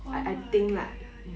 oh ya ya ya